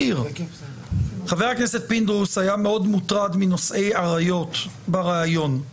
חבר הכנסת פינדרוס היה מוטרד מנושאי עריות בראיון הנזכר למעלה.